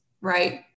right